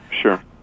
sure